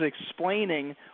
explaining